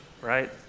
right